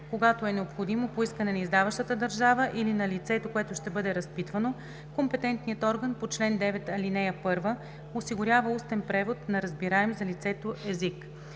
когато е необходимо, по искане на издаващата държава или на лицето, което ще бъде разпитвано, компетентният орган по чл. 9, ал. 1 осигурява устен превод на разбираем за лицето език.